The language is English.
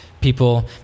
people